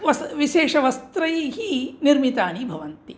वस् विशेषः वस्त्रैः निर्मितानि भवन्ति